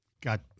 got